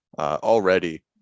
already